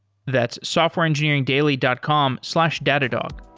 that's softwareengineeringdaily dot com slash datadog.